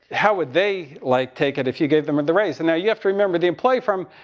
how would they, like, take it if you gave them and the raise. and now you have to remember the employee from,